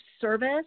service